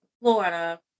Florida